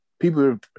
People